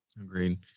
Agreed